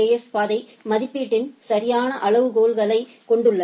S ஸும் பாதை மதிப்பீட்டின் சரியான அளவுகோல்களைக் கொண்டுள்ளன